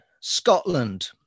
Scotland